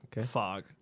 Fog